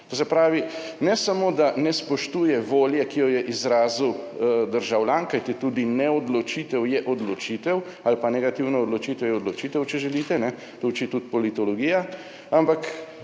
To se pravi, ne samo, da ne spoštuje volje, ki jo je izrazil državljan, kajti tudi neodločitev je odločitev ali pa negativna odločitev je odločitev, če želite, to uči tudi politologija, ampak